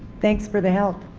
thanks for the help.